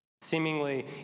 Seemingly